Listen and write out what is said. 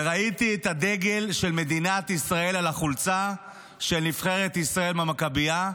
וראיתי את הדגל של מדינת ישראל על החולצה של נבחרת ישראל במכביה,